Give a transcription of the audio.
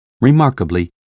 Remarkably